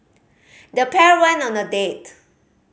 the pair went on a date